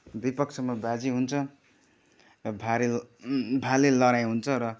दुई पक्षमा बाजी हुन्छ र भारेल भाले लडाइँ हुन्छ र